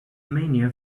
mania